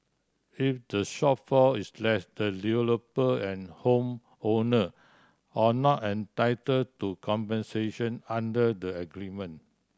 if the shortfall is less the developer and home owner are not entitle to compensation under the agreement